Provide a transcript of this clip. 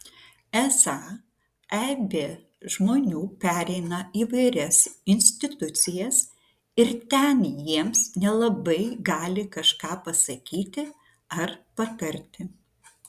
esą aibė žmonių pereina įvairias institucijas ir ten jiems nelabai gali kažką pasakyti ar patarti